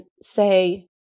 say